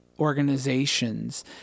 organizations